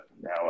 Now